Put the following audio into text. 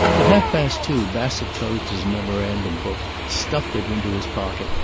at half past two bassett closed his memorandum book, stuffed it into his pocket,